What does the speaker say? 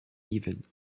events